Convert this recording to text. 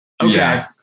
okay